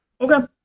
Okay